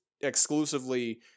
exclusively